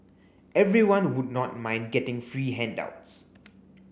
everyone would not mind getting free handouts